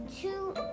two